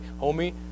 homie